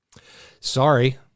Sorry